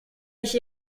ich